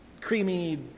creamy